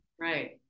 Right